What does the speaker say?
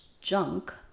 junk